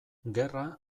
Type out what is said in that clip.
gerra